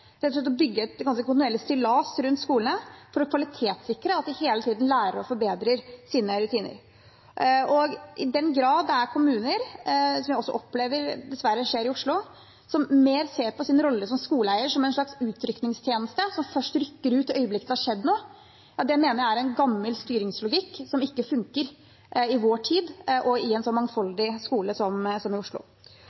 å bygge et kontinuerlig stillas rundt skolene for å kvalitetssikre at de hele tiden lærer og forbedrer sine rutiner. I den grad kommuner, noe jeg dessverre også opplever skjer i Oslo, mer ser på sin rolle som skoleeier som en slags utrykningstjeneste som først rykker ut i det øyeblikket det har skjedd noe, mener jeg er en gammel styringslogikk som ikke funker i vår tid og i en så